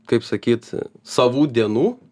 kaip sakyt savų dienų